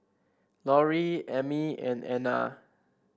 Lorrie Emmie and Anna